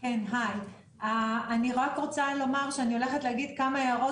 אני אגיד כמה הערות,